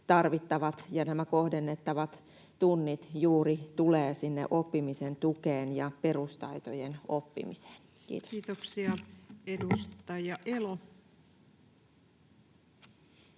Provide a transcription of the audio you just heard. tarvittavat ja kohdennettavat tunnit tulevat juuri sinne oppimisen tukeen ja perustaitojen oppimiseen? — Kiitos. [Speech 515]